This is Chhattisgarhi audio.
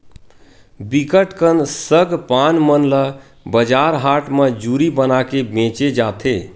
बिकट कन सग पान मन ल बजार हाट म जूरी बनाके बेंचे जाथे